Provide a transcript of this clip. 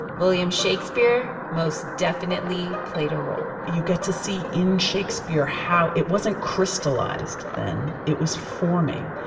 william shakespeare most definitely played a role you get to see in shakespeare how it wasn't crystallized then. it was forming.